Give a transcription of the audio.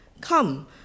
come